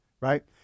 right